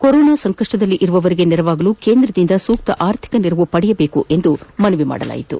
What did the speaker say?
corona ಸಂಕಪ್ಪದಲ್ಲಿರುವವರಿಗೆ ನೆರವಾಗಲು ಕೇಂದ್ರದಿಂದ ಸೂಕ್ತ ಆರ್ಥಿಕ ನೆರವು ಪಡೆಯಬೇಕು ಎಂದು ಮನವಿ ಮಾಡಲಾಯಿತು